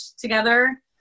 together